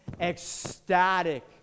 ecstatic